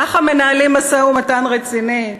ככה מנהלים משא-ומתן רציני?